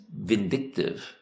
vindictive